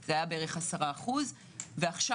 זה היה 10%. כלומר